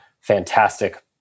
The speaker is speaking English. Fantastic